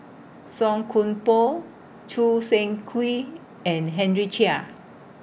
Song Koon Poh Choo Seng Quee and Henry Chia